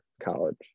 college